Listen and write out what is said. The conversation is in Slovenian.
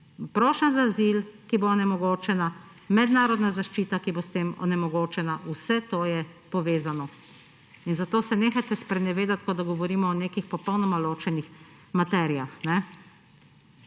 Prošnja za azil, ki bo onemogočena, mednarodna zaščita, ki bo s tem onemogočena, vse to je povezano. In zato se nehajte sprenevedati, kot da govorimo o nekih popolnoma ločenih materijah.